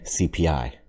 cpi